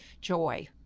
joy